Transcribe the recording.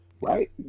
right